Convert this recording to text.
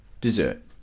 dessert